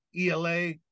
ELA